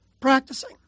practicing